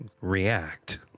react